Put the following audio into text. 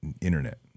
internet